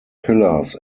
pillars